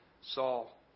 Saul